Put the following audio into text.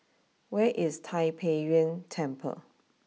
where is Tai Pei Yuen Temple